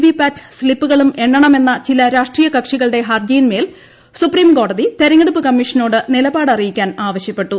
V PAT സ്തിപ്പുകളും എണ്ണമെന്ന ചില രാഷ്ട്രീയ കക്ഷികളുടെ ഹർജിയിൻമേൽ സുപ്രീംകോടതി തിരഞ്ഞെടുപ്പ് കമ്മീഷനോട് നിലപാട് അറിയിക്കാൻ ആവശ്യപ്പെട്ടു